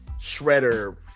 Shredder